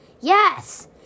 Yes